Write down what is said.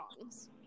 songs